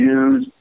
use